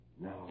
Now